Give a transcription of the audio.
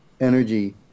energy